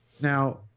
Now